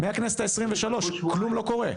מהכנסת ה-23 כלום לא קורה.